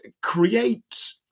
create